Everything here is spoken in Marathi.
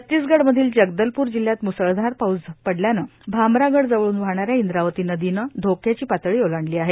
छत्तीसगढ मधील जगदलपूर जिल्ह्यात मुसळधार पाऊस पडल्यानं भामरागड जवळून वाहणाऱ्या इंद्रावती नदीनं धोक्याची पातळी ओलांडली आहे